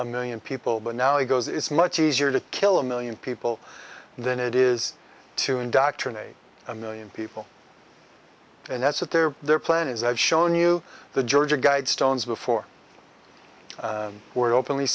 a million people but now it goes it's much easier to kill a million people than it is to indoctrinate a million people and that's what their their plan is i've shown you the georgia guidestones before were openly